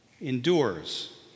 endures